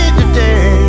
today